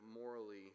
morally